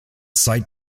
site